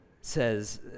says